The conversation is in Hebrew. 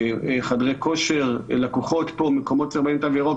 חדרי כושר, לקוחות פה, מקומות שבהם תו ירוק